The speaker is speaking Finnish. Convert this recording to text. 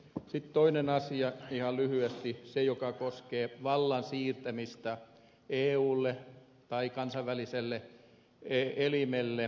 sitten toinen asia ihan lyhyesti se joka koskee vallan siirtämistä eulle tai kansainväliselle elimelle